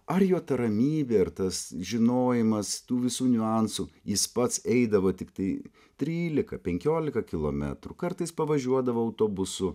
ar jo ta ramybė ir tas žinojimas tų visų niuansų jis pats eidavo tiktai trylika penkiolika kilometrų kartais pavažiuodavo autobusu